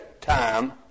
time